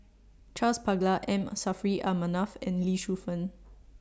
Charles Paglar M Saffri A Manaf and Lee Shu Fen